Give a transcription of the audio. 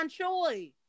Choi